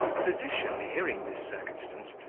the physician, hearing this circumstance,